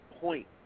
point